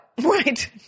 Right